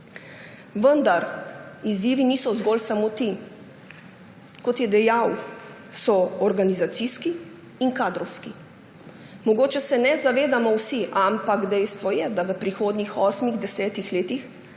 Vendar izzivi niso zgolj ti. Kot je dejal, so organizacijski in kadrovski. Mogoče se ne zavedamo vsi, ampak dejstvo je, da bo v prihodnjih osmih, 10 letih